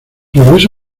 regreso